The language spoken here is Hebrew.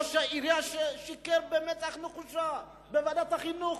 ראש העירייה ששיקר במצח נחושה בוועדת החינוך.